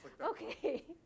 okay